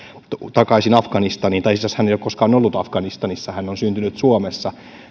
takaisin afganistaniin tai itse asiassa hän ei ole koskaan ollut afganistanissa hän on syntynyt suomessa